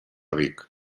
vic